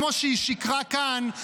כמו שהיא שיקרה כאן,